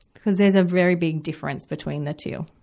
cuz there's a very big difference between the two,